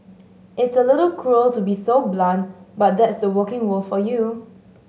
it's a little cruel to be so blunt but that's the working world for you